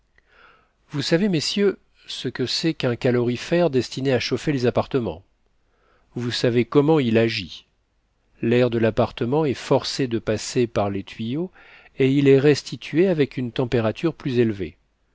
vous savez messieurs ce que c'est qu'un calorifère destiné à chauffer les appartements vous savez comment il agit l'air de l'appartement est forcé de passer par les tuyaux et il est restitué avec une température plus élevée